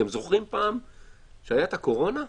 אתם זוכרים פעם שהייתה את הקורונה?